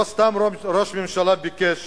לא סתם ראש הממשלה ביקש